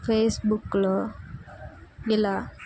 ఫేస్బుక్లో ఇలా